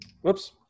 Whoops